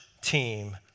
team